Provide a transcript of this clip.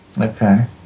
Okay